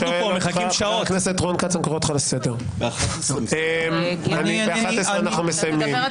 אנחנו אמורים לסיים ב-11:00 ואני רוצה -- מה זה